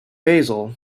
basil